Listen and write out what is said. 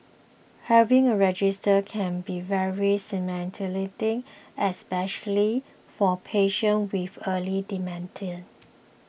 having a registry can be very stigmatising especially for patients with early dementia